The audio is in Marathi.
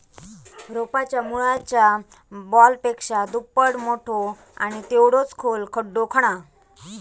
रोपाच्या मुळाच्या बॉलपेक्षा दुप्पट मोठो आणि तेवढोच खोल खड्डो खणा